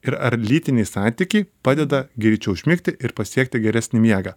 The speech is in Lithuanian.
ir ar lytiniai santykiai padeda greičiau užmigti ir pasiekti geresnį miegą